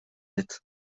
nette